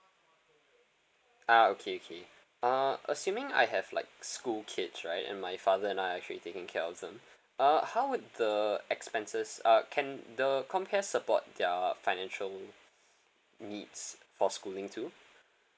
ah okay okay uh assuming I have like school kids right and my father and I are actually taking care of them uh how would the expenses uh can the comcare support their financial needs for schooling too